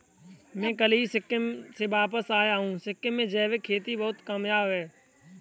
मैं कल ही सिक्किम से वापस आया हूं सिक्किम में जैविक खेती बहुत कामयाब है